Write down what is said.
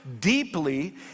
deeply